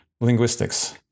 linguistics